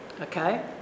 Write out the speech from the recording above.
Okay